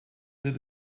did